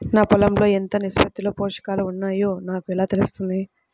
నా పొలం లో ఎంత నిష్పత్తిలో పోషకాలు వున్నాయో నాకు ఎలా తెలుస్తుంది?